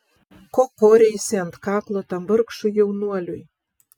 ko koreisi ant kaklo tam vargšui jaunuoliui